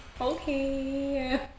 Okay